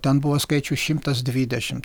ten buvo skaičių šimtas dvidešimt